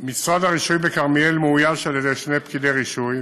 משרד הרישוי בכרמיאל מאויש על-ידי שני פקידי רישוי,